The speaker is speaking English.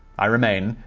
i remain,